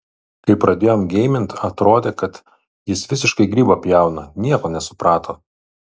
kai pradėjom geimint atrodė kad jis visiškai grybą pjauna nieko nesuprato